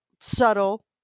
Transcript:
subtle